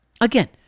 again